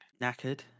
Knackered